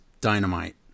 Dynamite